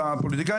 אתה פוליטיקאי,